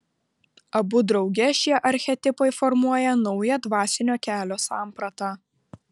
abu drauge šie archetipai formuoja naują dvasinio kelio sampratą